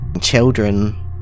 children